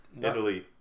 Italy